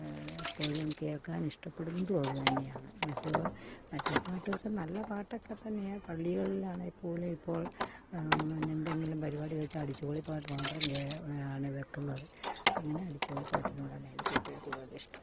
എപ്പോഴും കേൾക്കാനിഷ്ടപ്പെടുന്നതുമത് തന്നെയാണ് മറ്റു മറ്റേ പാട്ടുമൊക്കെ നല്ല പാട്ടൊക്കെത്തന്നെയാണ് പള്ളികളാണേപ്പോലും ഇപ്പോൾ എന്തെങ്കിലും പരിപാടി വെച്ചാൽ അടിച്ചു പൊളി പാട്ടു മാത്രം കെ ആണ് വെക്കുന്നത് അങ്ങനെ അടിച്ചു പൊളി പാട്ടിനോടാണെനിക്കേറ്റവും കൂടുതലിഷ്ടം